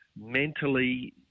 Mentally